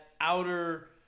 outer